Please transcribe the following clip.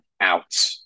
out